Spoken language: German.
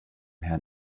herrn